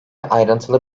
ayrıntılı